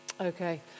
Okay